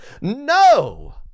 No